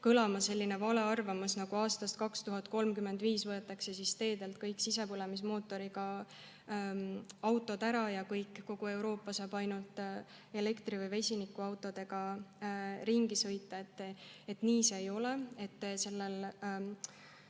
kõlama selline vale arvamus, nagu aastast 2035 võetaks teedelt kõik sisepõlemismootoriga autod ära ja kogu Euroopa saaks ainult elektri‑ või vesinikuautodega ringi sõita. Nii see ei ole.